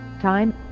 Time